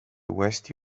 uuesti